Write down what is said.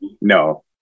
No